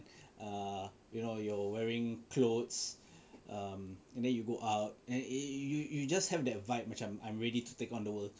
ah you know you're wearing clothes um and then you go out and eh you you just have that vibe macam I'm I'm ready to take on the work